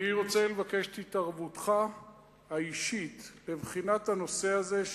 אני רוצה לבקש את התערבותך האישית בבחינת הנושא הזה,